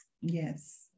Yes